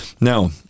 Now